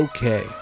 Okay